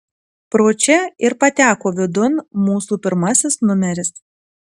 pro čia ir pateko vidun mūsų pirmasis numeris